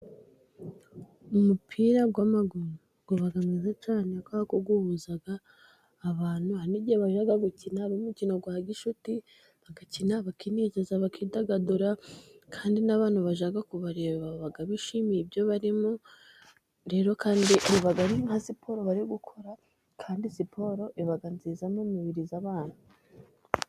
Umupira w'amaguru uba mwiza cyane, kubera ko uhuza abantu, hari n'igihe bajya gukina uri umukino wa gishuti, bagakora, bakinezeza, bakidagadura, kandi n'abantu bajya kubareba baba bishimiye ibyo barimo, rero kandi biba ari nka siporo bari gukora, kandi siporo iba nziza mu mibiri y'abantu.